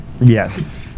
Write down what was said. Yes